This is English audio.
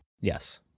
Yes